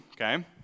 okay